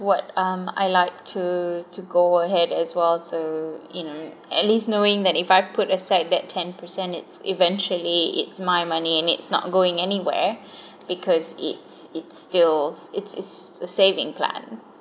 what um I like to to go ahead as well so you know at least knowing that if I put aside that ten percent it's eventually it's my money and it's not going anywhere because it's it's stills it's it's a saving plan